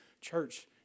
Church